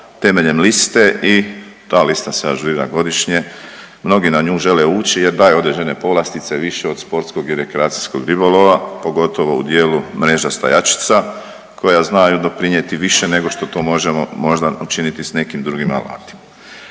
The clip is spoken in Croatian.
temeljem liste i ta lista se ažurira godišnje. Mnogi na nju žele ući jer daje određene povlastice više od sportskog i rekreacijskog ribolova, pogotovo u dijelu mreža stajačica koja znaju doprinijeti više nego što to možemo možda učiniti s nekim drugim alatima.